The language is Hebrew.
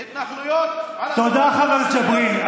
התנחלויות, תודה, חבר הכנסת ג'בארין.